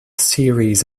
series